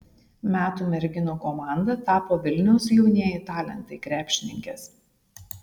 metų merginų komanda tapo vilniaus jaunieji talentai krepšininkės